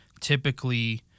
typically